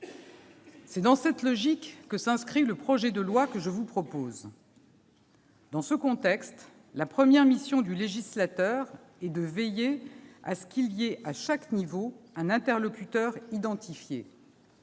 C'est dans cette logique que s'inscrit le projet de loi que je vous propose. Dans ce contexte, la première mission du législateur est de veiller à ce qu'il y ait à chaque niveau un interlocuteur identifié.